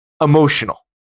emotional